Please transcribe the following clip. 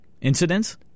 Incidents